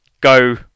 go